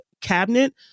cabinet